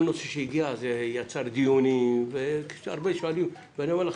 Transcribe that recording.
אני אומר לכם,